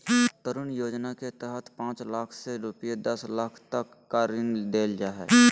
तरुण योजना के तहत पांच लाख से रूपये दस लाख तक का ऋण देल जा हइ